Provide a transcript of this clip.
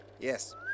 Yes